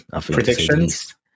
Predictions